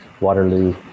Waterloo